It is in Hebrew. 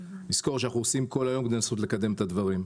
נזכור שאנחנו עושים כל היום כדי לנסות לקדם את הדברים.